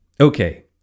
Okay